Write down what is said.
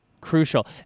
crucial